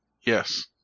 Yes